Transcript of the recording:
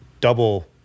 double